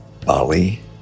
Bali